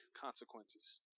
consequences